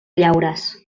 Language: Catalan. llaures